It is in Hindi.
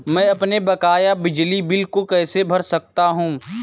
मैं अपने बकाया बिजली बिल को कैसे भर सकता हूँ?